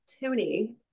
Tony